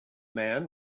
man